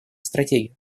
стратегию